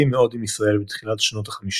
רופפים מאוד עם ישראל בתחילת שנות ה-50.